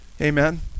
Amen